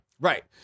Right